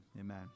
Amen